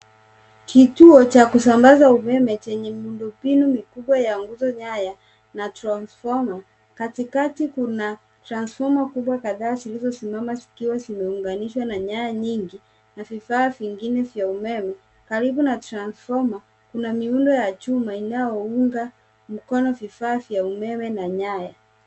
Kituo cha kusambaza umeme chenye miundombinu mikubwa ya nguzo nyaya na transfoma, katikati kuna transfoma kubwa kadhaa zilizosimama zikiwa zimeunganishwa na nyaya nyingi na vifaa vingine vya umeme. Karibu na transfoma, kuna miundo ya chuma inayounga mkono vifaa vya umeme na nyaya.